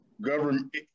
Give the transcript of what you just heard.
government